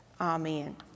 Amen